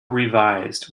revised